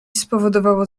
spowodowało